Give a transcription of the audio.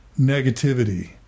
negativity